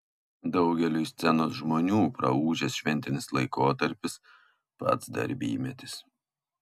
daugeliui scenos žmonių praūžęs šventinis laikotarpis pats darbymetis